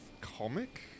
comic